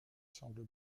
semble